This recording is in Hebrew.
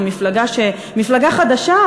כמפלגה חדשה,